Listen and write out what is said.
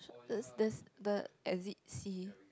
there's there's the exit C